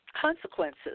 consequences